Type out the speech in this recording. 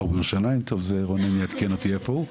הא בירושלים, טוב זה רונן יעדכן אותי איפה הוא,